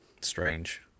Strange